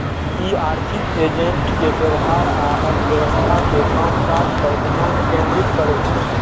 ई आर्थिक एजेंट के व्यवहार आ अर्थव्यवस्था के कामकाज पर ध्यान केंद्रित करै छै